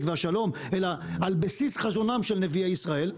והשלום אלא על בסיס חזונם של נביאי ישראל,